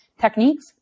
techniques